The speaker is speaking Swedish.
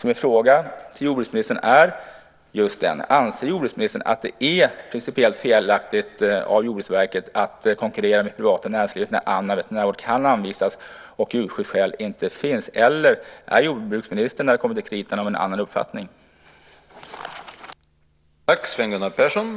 Min fråga till jordbruksministern är just denna: Anser jordbruksministern att det är principiellt felaktigt av Jordbruksverket att konkurrera med privata näringslivet när annan veterinärvård kan anvisas och djurskyddsskäl inte finns eller är jordbruksministern av en annan uppfattning när det kommer till kritan?